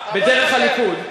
בדרך הליכוד.